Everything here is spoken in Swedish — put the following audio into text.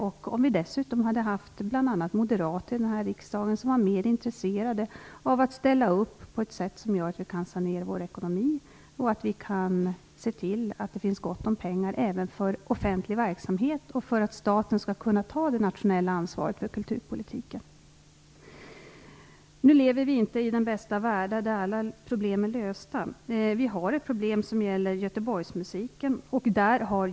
Det hade dessutom varit lättare om bl.a. moderaterna här i riksdagen varit mer intresserade av att ställa upp på ett sätt som gör att vi kan sanera vår ekonomi och se till att det finns gott om pengar även för offentlig verksamhet och för att staten skall kunna ta det nationella ansvaret för kulturpolitiken. Nu lever vi inte i den bästa av världar, där alla problem är lösta. Vi har ett problem som gäller Göteborgsmusiken.